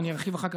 וארחיב אחר כך,